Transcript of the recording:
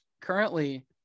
currently